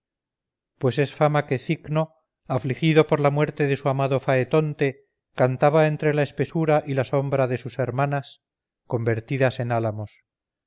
pues es fama que cicno afligido por la muerte de su amado faetonte cantaba entre la espesura y la sombra de sus hermanas convertidas en álamos